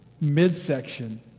midsection